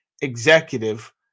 executive